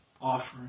offering